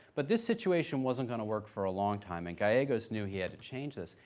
but this situation wasn't going to work for a long time, and gallegos knew he had to change this.